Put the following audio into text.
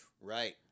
right